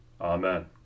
Amen